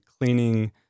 cleaning